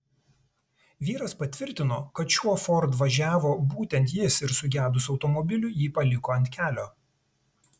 vyras patvirtino kad šiuo ford važiavo būtent jis ir sugedus automobiliui jį paliko ant kelio